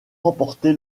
remporté